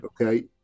Okay